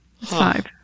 five